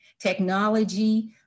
Technology